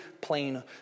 plain